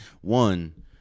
one